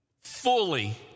fully